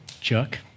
Chuck